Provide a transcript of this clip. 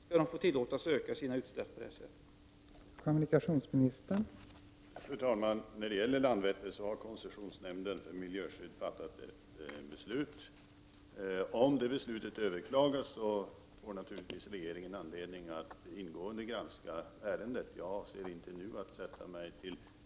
Skall flyget tillåtas att fortsätta att öka sina utsläpp på detta sätt?